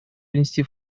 внести